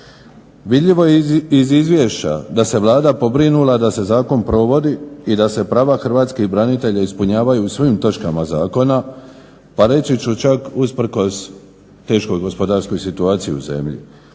Vidljivo je iz izvješća da se Vlada pobrinula da se zakon provodi i da se prava hrvatskih branitelja ispunjavaju u svim točkama zakona, pa reći ću čak usprkos teškoj gospodarskoj situaciji u zemlji.